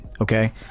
Okay